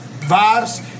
vibes